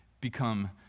become